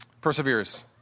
Perseveres